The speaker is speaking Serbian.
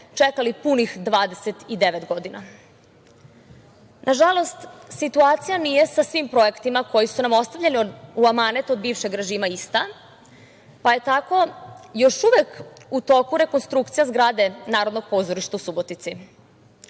čekali punih 29 godina. Nažalost, situacija nije sa svim projektima koji su nam ostavljeni u amanet od bivšeg režima ista, pa je tako još uvek u toku rekonstrukcija zgrade Narodnog pozorišta u Subotici. Zgrada